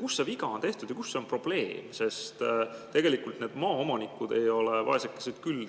Kus see viga on tehtud ja kus on probleem? Sest tegelikult need maaomanikud ei ole, vaesekesed, küll